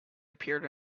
appeared